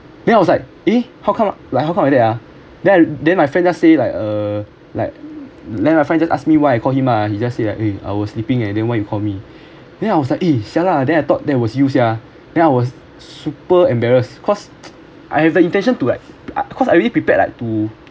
then I was like eh how come like how come like that ah then my friend just say like uh like then my friend just ask me why I call him lah he just say like eh I was sleeping leh then why you call me then I was like eh sia lah then I thought that was you sia then I was super embarrassed because I have a intention to like because I already prepared like to